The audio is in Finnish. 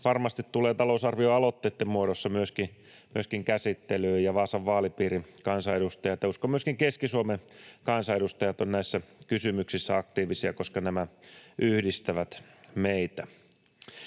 varmasti tulevat talousarvioaloitteitten muodossa myöskin käsittelyyn, ja Vaasan vaalipiirin kansanedustajat ja, uskon, myöskin Keski-Suomen kansanedustajat ovat näissä kysymyksissä aktiivisia, koska nämä yhdistävät meitä.